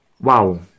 wow